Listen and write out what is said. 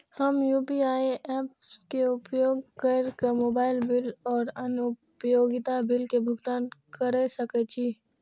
हम UPI apps के उपयोग केर के मोबाइल बिल और अन्य उपयोगिता बिल के भुगतान केर सके छी